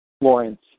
Florence